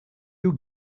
you